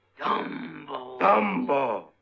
Dumbo